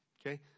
Okay